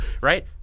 Right